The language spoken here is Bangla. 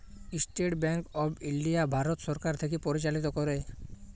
State Bank of India Bharat সরকার থ্যাকে পরিচালিত ক্যরে